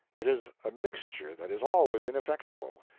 it is a mixture that is always ineffectual,